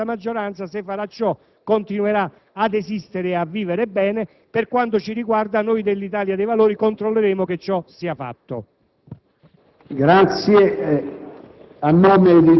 maltrattati rispetto alla redistribuzione in atto. Sequesta maggioranza farà ciò, continuerà ad esistere e a vivere bene. Per quanto ci riguarda, noi dell'Italia dei Valori controlleremo che ciò sia fatto.